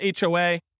HOA